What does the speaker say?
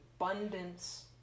abundance